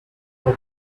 but